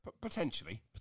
Potentially